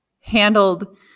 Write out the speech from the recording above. handled